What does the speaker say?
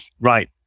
right